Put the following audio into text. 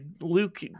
Luke